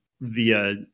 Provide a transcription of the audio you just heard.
via